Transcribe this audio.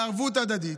בערבות הדדית,